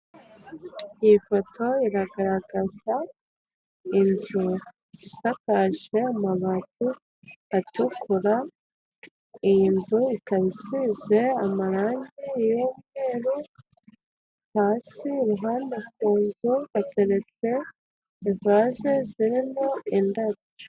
Iyi foto iragaragaza inzu isakaje amabati atukura, iyi nzu ikaba isize amarangi hasi ku ruhande ku nzu hateretse vaze zirimo indabyo.